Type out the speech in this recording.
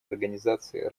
организации